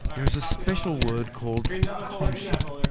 there is a special word called conching,